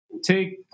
take